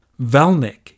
Valnek